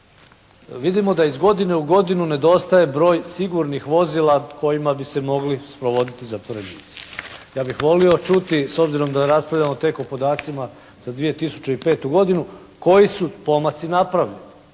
Vidimo da iz godine u godinu nedostaje broj sigurnih vozila kojima bi se mogli sprovoditi zatvorenici. Ja bih volio čuti, s obzirom da raspravljamo tek o podacima za 2005. godinu koji su pomaci napravljeni.